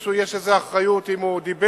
למישהו יש איזו אחריות אם הוא דיבר,